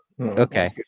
Okay